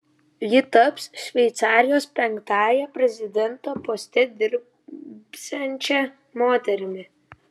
ji taps šveicarijos penktąja prezidento poste dirbsiančia moterimi